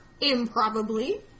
Improbably